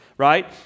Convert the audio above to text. right